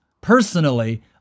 Personally